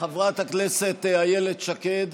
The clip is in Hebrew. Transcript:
חברת הכנסת שקד